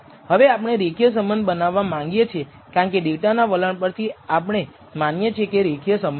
હવે આપણે રેખીય સંબંધ બનાવવા માંગીએ છીએ કારણકે ડેટાના વલણ પરથી આપણે માનીએ છીએ કે રેખીય સંબંધ છે